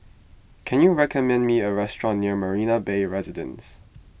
can you recommend me a restaurant near Marina Bay Residences